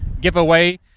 giveaway